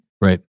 Right